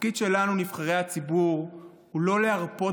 התפקיד שלנו נבחרי הציבור הוא לא להרפות